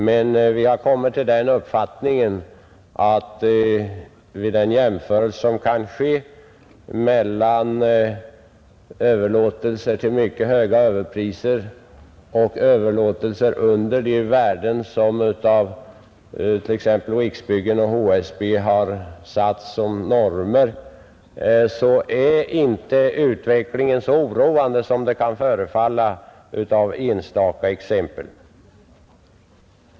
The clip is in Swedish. Men vi har kommit till den uppfattningen att en jämförelse mellan överlåtelser som sker till mycket höga överpriser och överlåtelser under de värden som av t.ex. Riksbyggen och HSB satts som norm visar att utvecklingen inte är så oroande som det kan förefalla av enstaka exempel.